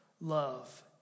love